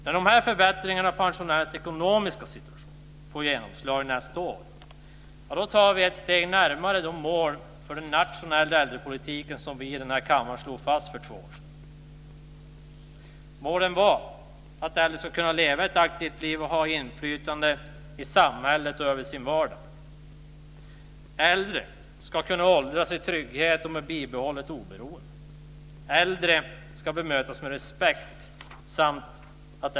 När de här förbättringarna av pensionärernas ekonomiska situation får genomslag nästa år tar vi ett steg närmare de mål för den nationella äldrepolitiken som vi i den här kammaren slog fast för två år sedan. · Äldre ska kunna leva ett aktivt liv och ha inflytande i samhället och över sin vardag. · Äldre ska kunna åldras i trygghet och med bibehållet oberoende. · Äldre ska bemötas med respekt.